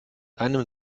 einem